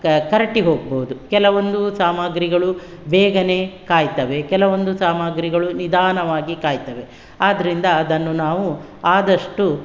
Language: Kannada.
ಕ ಕರಟಿಹೋಗ್ಬೋದು ಕೆಲವೊಂದು ಸಾಮಗ್ರಿಗಳು ಬೇಗನೇ ಕಾಯ್ತವೆ ಕೆಲವೊಂದು ಸಾಮಗ್ರಿಗಳು ನಿಧಾನವಾಗಿ ಕಾಯ್ತವೆ ಆದ್ದರಿಂದ ಅದನ್ನು ನಾವು ಆದಷ್ಟು